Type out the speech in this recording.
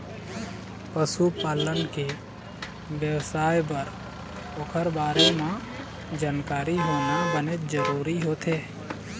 पशु पालन के बेवसाय बर ओखर बारे म जानकारी होना बनेच जरूरी होथे